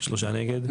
2 נגד,